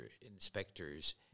inspectors